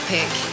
Pick